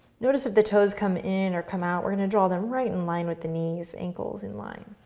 notice if the toes come in or come out, we're gonna draw them right in line with the knees, ankles in line.